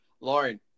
Lauren